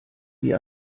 wie